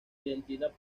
identidad